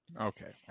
Okay